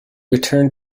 return